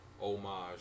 homage